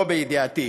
לא בידיעתי.